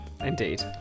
indeed